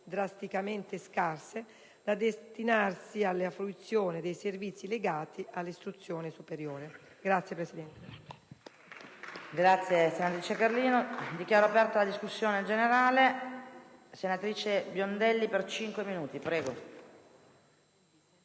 drasticamente scarse da destinarsi alla fruizione dei servizi legati all'istruzione superiore. *(Applausi